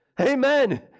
amen